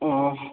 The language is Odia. ଓ ହ